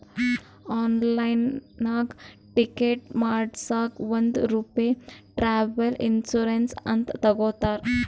ಆನ್ಲೈನ್ನಾಗ್ ಟಿಕೆಟ್ ಮಾಡಸಾಗ್ ಒಂದ್ ರೂಪೆ ಟ್ರಾವೆಲ್ ಇನ್ಸೂರೆನ್ಸ್ ಅಂತ್ ತಗೊತಾರ್